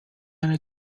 eine